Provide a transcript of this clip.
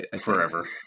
Forever